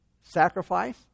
sacrifice